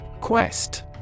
Quest